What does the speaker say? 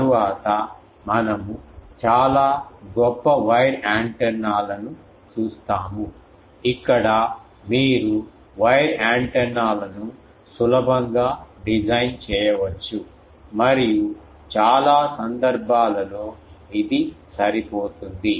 తరువాత మనము చాలా గొప్ప వైర్ యాంటెన్నాలను చూస్తాము ఇక్కడ మీరు వైర్ యాంటెన్నాలను సులభంగా డిజైన్ చేయవచ్చు మరియు చాలా సందర్భాలలో ఇది సరిపోతుంది